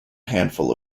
handful